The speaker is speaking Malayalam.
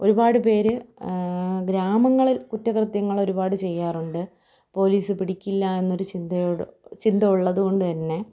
ഒരുപാട് പേര് ഗ്രാമങ്ങളിൽ കുറ്റകൃത്യങ്ങളൊരുപാട് ചെയ്യാറുണ്ട് പോലീസ് പിടിക്കില്ല എന്നൊരു ചിന്തയോടെ ചിന്ത ഉള്ളത് കൊണ്ട് തന്നെ